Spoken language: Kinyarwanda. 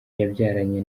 yabyaranye